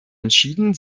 entschieden